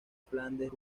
flandes